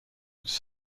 its